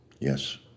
Yes